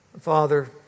Father